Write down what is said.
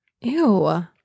Ew